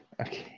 Okay